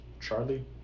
Charlie